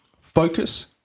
Focus